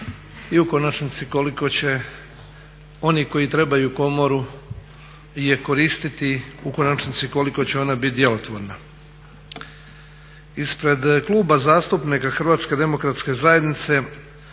i u konačnici koliko će oni koji trebaju komoru je koristiti, u konačnici koliko će ona biti djelotvorna. Ispred Kluba zastupnika Hrvatske demokratske zajednice